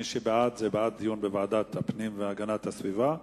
מי שבעד, זה בעד דיון בוועדת הפנים והגנת הסביבה,